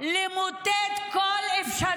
לא עזרו הטיפולים.